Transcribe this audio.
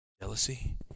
jealousy